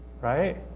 right